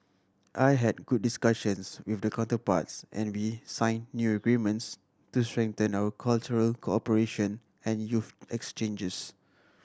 I had good discussions with counterparts and we signed new agreements to strengthen our cultural cooperation and youth exchanges